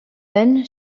then